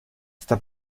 sta